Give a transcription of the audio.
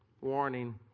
Warning